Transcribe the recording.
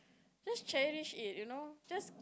just cherish it you know just